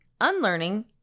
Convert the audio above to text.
Unlearning